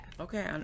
Okay